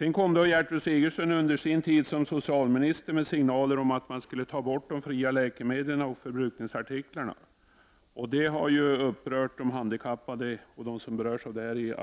Gertrud Sigurdsen kom under sin tid som socialminister med signaler om att man skulle ta bort de fria läkemedlen och förbrukningsartiklarna. Det har i allra högsta grad upprört de handikappade och dem som berörs av detta.